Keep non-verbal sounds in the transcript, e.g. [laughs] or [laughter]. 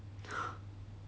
[laughs]